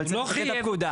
אבל צריך לתקן את הפקודה